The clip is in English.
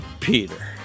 Peter